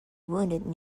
wounded